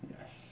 Yes